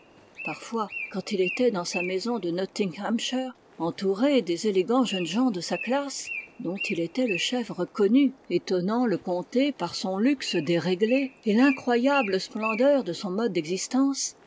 parfois quand il était dans sa maison de nottinghamshire entouré des élégants jeunes gens de sa classe dont il était le chef reconnu étonnant le comté par son luxe déréglé et l'incroyable splendeur de son mode d'existence